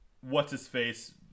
what's-his-face